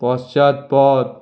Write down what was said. পশ্চাৎপদ